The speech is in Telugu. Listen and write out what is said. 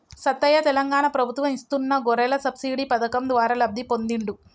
సత్తయ్య తెలంగాణ ప్రభుత్వం ఇస్తున్న గొర్రెల సబ్సిడీ పథకం ద్వారా లబ్ధి పొందిండు